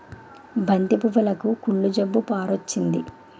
బంతి పువ్వులుకి కుళ్ళు జబ్బు పారొచ్చింది